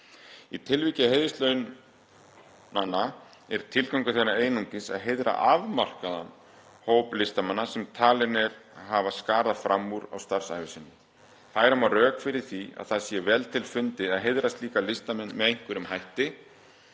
Í tilviki heiðurslaunanna er tilgangur þeirra einungis að heiðra afmarkaðan hóp listamanna sem talinn er hafa skarað fram úr á starfsævi sinni. Færa má rök fyrir því að það sé vel til fundið að heiðra slíka listamenn með einhverjum hætti,